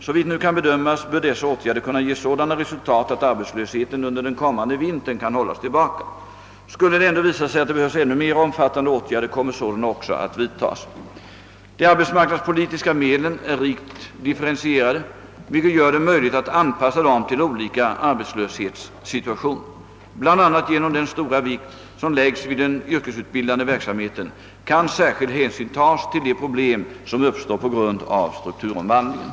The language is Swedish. Såvitt nu kan bedömas bör dessa åtgärder kunna ge sådana resultat att arbetslösheten under den kommande vintern kan hållas tillbaka. Skulle det ändå visa sig att det behövs ännu mer omfattande åtgärder, kommer sådana också att vidtas. är rikt differentierade, vilket gör det möjligt att anpassa dem till olika arbetslöshetssituationer. Bland annat genom den stora vikt som lägges vid den yrkesutbildande verksamheten kan särskild hänsyn tas till de problem som uppstår på grund av strukturomvandlingen.